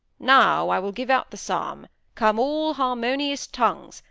now, i will give out the psalm, come all harmonious tongues,